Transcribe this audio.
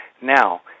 Now